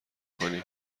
کنی